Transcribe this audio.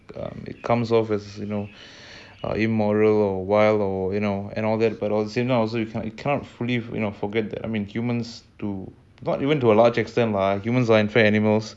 so a lot of things just very interesting and so it's like ya and two forces you know within every human being one is just full primal and one is very subdued amid to put in uh the big grumpy is like